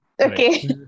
okay